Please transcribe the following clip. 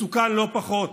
מסוכן לא פחות,